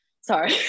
Sorry